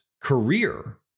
career